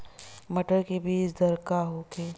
मटर के बीज दर का होखे?